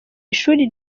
ishuri